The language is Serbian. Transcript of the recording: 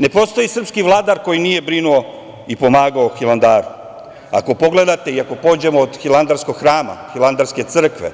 Ne postoji srpski vladar koji nije brinuo i pomogao Hilandaru, ako pogledate i pođemo od Hilandarskog hrama, Hilandarske crkve,